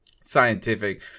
scientific